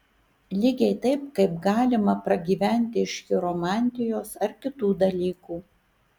lygiai taip kaip galima pragyventi iš chiromantijos ar kitų dalykų